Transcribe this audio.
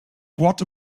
what